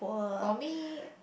for me